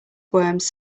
worms